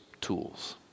tools